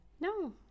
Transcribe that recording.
No